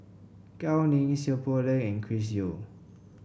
Gao Ning Seow Poh Leng and Chris Yeo